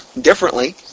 differently